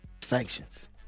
sanctions